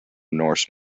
norse